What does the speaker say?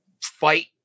fight